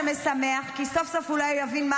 זה משמח כי סוף-סוף אולי הוא יבין מה